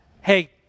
hey